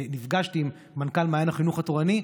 נפגשתי עם מנכ"ל מעיין החינוך התורני,